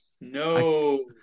No